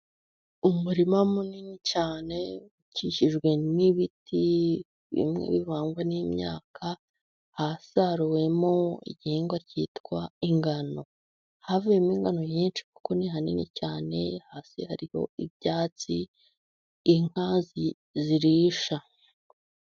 Umurima munini cyane ukikijwe n'ibiti bimwe bivangwa n'imyaka, hasaruwemo igihingwa cyitwa ingano. Havuyemo ingano nyinshi, kuko ni hanini cyane, hasi hariho ibyatsi inka zirisha.